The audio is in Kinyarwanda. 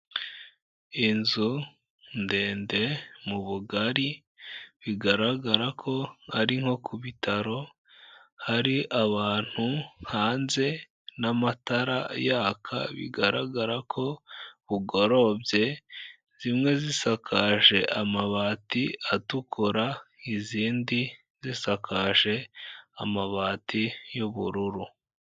Inzu ndende mu bugari, bigaragara ko ari nko ku bitaro, hari abantu hanze n'amatara yaka, bigaragara ko bugorobye, zimwe zisakaje amabati atukura, izindi zisakaje amabati y'ubururu.